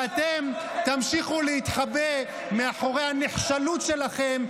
איזה החלטה --- ואתם תמשיכו להתחבא מאחורי הנחשלות שלכם,